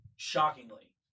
shockingly